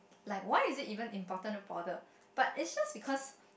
like why is it even important to bother but it's just because